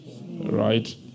right